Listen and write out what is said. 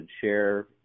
share